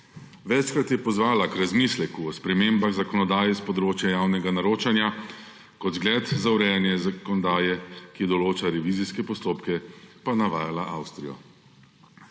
Večkrat je pozvala k razmisleku o spremembah zakonodaje s področja javnega naročanja, kot zgled za urejanje zakonodaje, ki določa revizijske postopke, pa navajala Avstrijo.